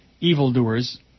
evildoers